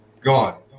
gone